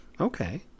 Okay